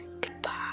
goodbye